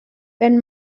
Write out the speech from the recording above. wenn